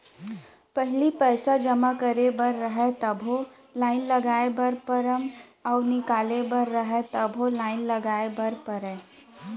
पहिली पइसा जमा करे बर रहय तभो लाइन लगाय बर परम अउ निकाले बर रहय तभो लाइन लगाय बर परय